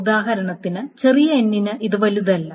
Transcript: ഉദാഹരണത്തിന് ചെറിയ n ന് ഇത് വലുതല്ല